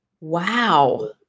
Wow